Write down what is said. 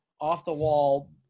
off-the-wall